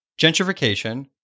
gentrification